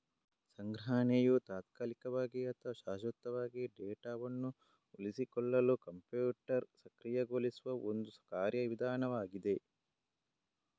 ಸಂಗ್ರಹಣೆಯು ತಾತ್ಕಾಲಿಕವಾಗಿ ಅಥವಾ ಶಾಶ್ವತವಾಗಿ ಡೇಟಾವನ್ನು ಉಳಿಸಿಕೊಳ್ಳಲು ಕಂಪ್ಯೂಟರ್ ಸಕ್ರಿಯಗೊಳಿಸುವ ಒಂದು ಕಾರ್ಯ ವಿಧಾನವಾಗಿದೆ